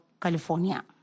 California